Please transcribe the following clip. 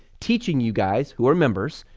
teaching you guys who are members,